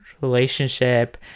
relationship